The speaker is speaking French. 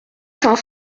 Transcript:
saint